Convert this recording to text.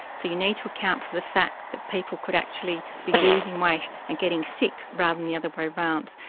so you need to account for the fact that people could actually be losing weight and getting sick rather than the other way round.